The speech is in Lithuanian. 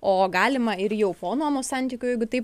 o galima ir jau po nuomos santykių jeigu taip